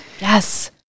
Yes